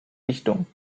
dichtung